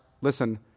listen